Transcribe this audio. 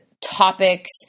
topics